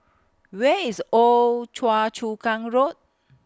Where IS Old Choa Chu Kang Road